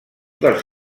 dels